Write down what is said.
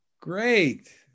great